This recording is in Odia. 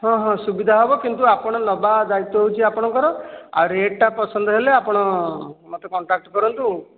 ହଁ ହଁ ସୁବିଧା ହେବ କିନ୍ତୁ ଆପଣ ନେବା ଦାୟିତ୍ୱ ହେଉଛି ଆପଣଙ୍କର ଆଉ ରେଟ୍ ଟା ପସନ୍ଦ ହେଲେ ଆପଣ ମୋତେ କଣ୍ଟାକ୍ଟ କରନ୍ତୁ